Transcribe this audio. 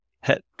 head